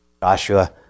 Joshua